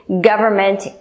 government